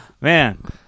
Man